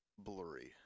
Blurry